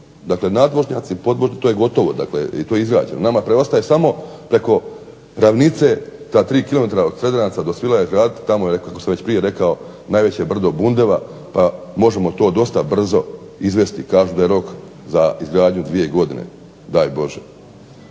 dakle nadvožnjaci, to je gotovo dakle to je izgrađeno. Nama preostaje samo preko ravnice ta 3 km od Sredanaca do Svilaja izgraditi tamo kako sam prije već rekao najveće brdo bundeva pa možemo to dosta brzo izvesti. Kažu da je rok za izgradnju 2 godine, daj Bože.